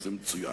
ובכלל,